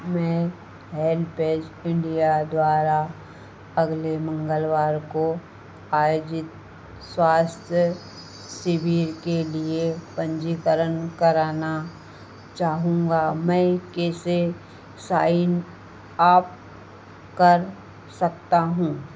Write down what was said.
मैं HelpAge India द्वारा अगले मंगलवार को आयोजित स्वास्थ्य शिविर के लिए पन्जीकरण कराना चाहूँगा मैं कैसे साइन अप कर सकता हूँ